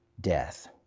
death